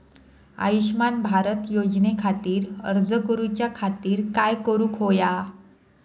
आयुष्यमान भारत योजने खातिर अर्ज करूच्या खातिर काय करुक होया?